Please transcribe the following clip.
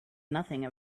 nothing